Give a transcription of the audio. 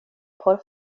por